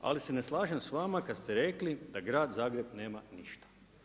Ali se ne slažem s vama kad ste rekli da grad Zagreb nema ništa.